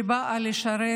שבאה לשרת